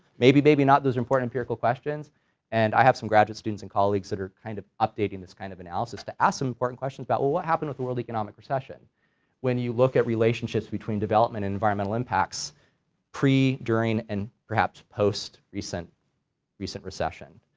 maybe, maybe not those are important empirical questions and i have some graduate students and colleagues that are kind of updating this kind of analysis to ask some important questions about well, what happened with the world economic recession when you look at relationships between development and environmental impacts pre, during, and perhaps post recent recent recession.